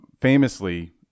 famously